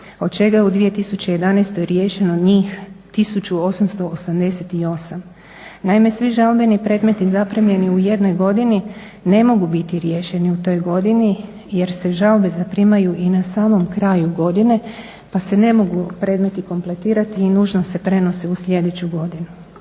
Od čega je u 2011. riješeno njih 1888. Naime, svi žalbeni predmeti zaprimljeni u jednoj godini ne mogu biti riješeni u toj godini, jer se žalbe zaprimaju i na samom kraju godine pa se ne mogu predmeti kompletirati i nužno se prenose u sljedeću godinu.